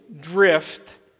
drift